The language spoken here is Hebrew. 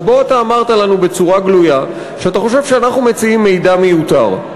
ובו אתה אמרת לנו בצורה גלויה שאתה חושב שאנחנו מציעים מידע מיותר.